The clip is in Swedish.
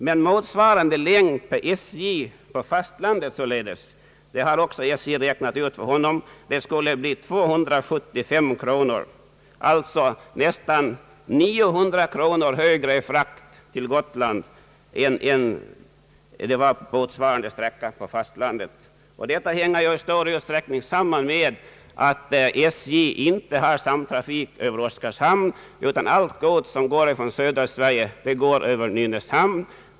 Men kostnaden för motsvarande längd på fastlandet hade också SJ räknat ut för honom. Kostnaden skulle bli 275 kronor, alltså nästan 900 kronor högre i frakt till Gotland än på motsvarande sträcka på fastlandet. Detta hänger i viss utsträckning samman med att SJ inte har samtrafik över Oskarshamn, utan allt gods från södra Sverige går över Nynäshamn.